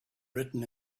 written